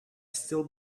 still